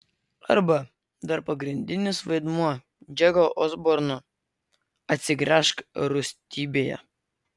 arba dar pagrindinis vaidmuo džeko osborno atsigręžk rūstybėje